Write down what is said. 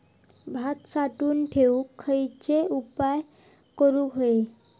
भात साठवून ठेवूक खयचे उपाय करूक व्हये?